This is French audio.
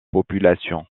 population